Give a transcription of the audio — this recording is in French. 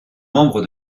membre